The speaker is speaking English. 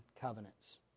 covenants